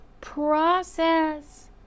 process